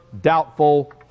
doubtful